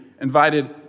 invited